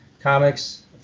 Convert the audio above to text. comics